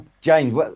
James